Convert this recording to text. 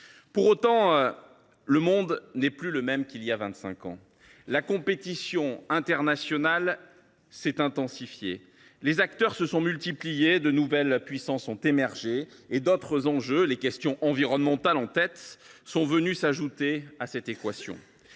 Pour autant, le monde n’est plus celui d’il y a vingt cinq ans. La compétition internationale s’est intensifiée. Les acteurs se sont multipliés, de nouvelles puissances ont émergé. D’autres enjeux, les questions environnementales en tête, sont venus s’ajouter à l’équation.